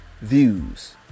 views